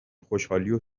خوشحالیو